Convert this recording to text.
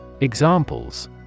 Examples